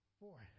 boy